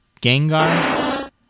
Gengar